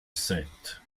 set